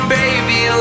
baby